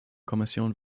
kommission